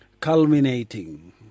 culminating